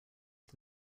did